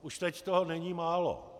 Už teď toho není málo.